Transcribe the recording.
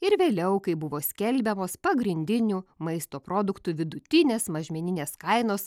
ir vėliau kai buvo skelbiamos pagrindinių maisto produktų vidutinės mažmeninės kainos